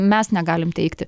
mes negalim teikti